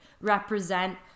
represent